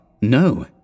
no